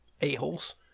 a-holes